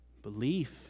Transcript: belief